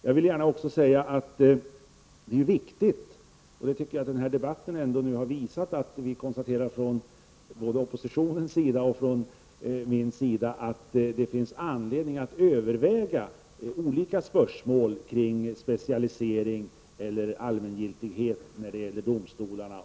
Jag vill gärna också säga att det är viktigt att konstatera — det har den här debatten ändå visat — att både oppositionen och majoriteten tycker att det finns anledning att överväga olika spörsmål kring specialisering eller allmängiltighet i domstolarna.